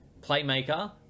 Playmaker